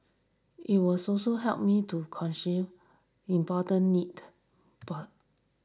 it was also helped me to important need born